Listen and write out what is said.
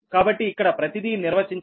కాబట్టి ఇక్కడ ప్రతిదీ నిర్వచించబడింది